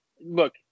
look